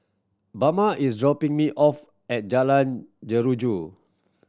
Bama is dropping me off at Jalan Jeruju